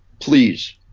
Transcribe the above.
Please